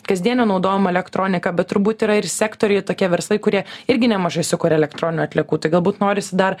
kasdienio naudojimo elektronika bet turbūt yra ir sektoriai tokie verslai kurie irgi nemažai sukuria elektroninių atliekų tai galbūt norisi dar